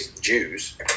Jews